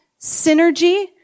Synergy